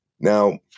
Now